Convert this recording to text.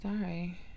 sorry